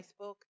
Facebook